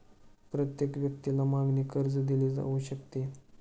प्रत्येक व्यक्तीला मागणी कर्ज दिले जाऊ शकते